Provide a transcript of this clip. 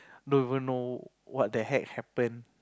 don't even know what the heck happen